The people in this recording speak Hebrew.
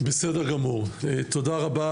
בסדר גמור, תודה רבה אריה,